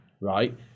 Right